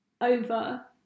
over